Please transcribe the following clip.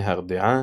נהרדעא,